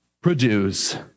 produce